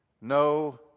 no